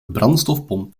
brandstofpomp